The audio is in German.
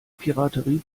piraterie